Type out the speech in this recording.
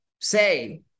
say